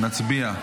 נצביע.